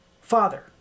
Father